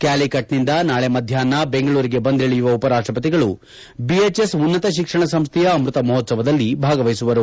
ಕ್ನಾಲಿಕಟ್ನಿಂದ ನಾಳೆ ಮಧ್ಯಾಪ್ನ ಬೆಂಗಳೂರಿಗೆ ಬಂದಿಳಿಯುವ ಉಪರಾಷ್ಸಪತಿಗಳು ಬಿಎಚ್ಎಸ್ ಉನ್ನತ ಶಿಕ್ಷಣ ಸಂಸ್ಥೆಯ ಅಮೃತ ಮಹೋತ್ಸವದಲ್ಲಿ ಭಾಗವಹಿಸುವರು